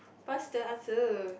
faster answer